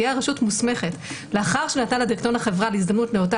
תהיה הרשות מוסמכת לאחר שנטל דירקטוריון החברה הזדמנות נאותה